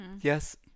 yes